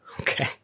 Okay